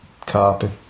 carpet